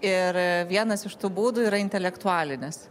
ir vienas iš tų būdų yra intelektualinis